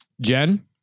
Jen